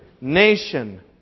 nation